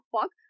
fuck